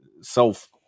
self